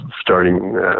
starting